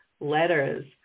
letters